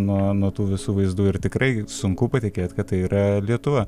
nuo nuo tų visų vaizdų ir tikrai sunku patikėt kad tai yra lietuva